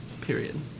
Period